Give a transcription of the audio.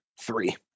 Three